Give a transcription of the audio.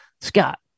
Scott